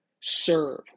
serve